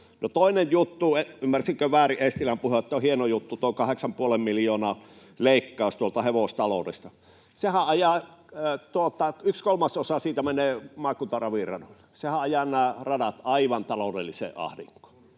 toinen juttu. Ymmärsinkö väärin Eestilän puhetta, että on hieno juttu tuo kahdeksan ja puolen miljoonan leikkaus tuolta hevostaloudesta? Yksi kolmasosa siitä menee maakuntaraviradoille, sehän ajaa nämä radat aivan taloudelliseen ahdinkoon.